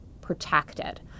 protected